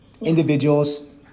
individuals